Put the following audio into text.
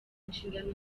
inshingano